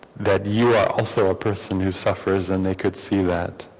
that you are also a person who suffers and they could see that